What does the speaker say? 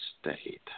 State